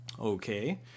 Okay